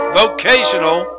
vocational